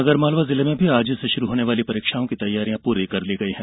आगरमालवा जिले में भी आज से शुरू होने वाली परीक्षाओं की तैयारियां पूरी कर ली गई है